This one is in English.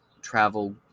travel